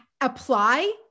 apply